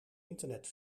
internet